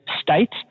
states